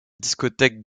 discothèque